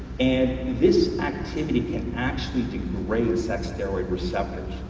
and this activity can actually degrade sex steroid receptors,